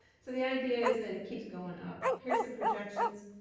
so the idea is that it keeps going up. here's the projections.